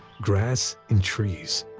grass and trees,